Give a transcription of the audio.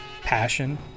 passion